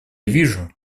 вижу